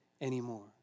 anymore